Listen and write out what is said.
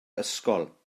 ysgol